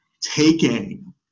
taking